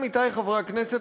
עמיתי חברי הכנסת,